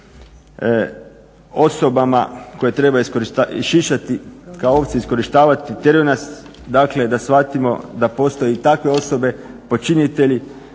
osobama koje treba išišati, kao ovce iskorištavati tjeraju nas, dakle da shvatimo da postoje i takve osobe počinitelji